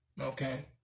okay